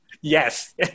yes